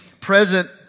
present